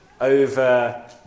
over